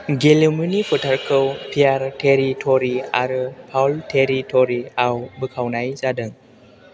गेलेमुनि फोथारखौ fair territory आरो फाउल टेरिट'रि' आव बोखावनाय जादों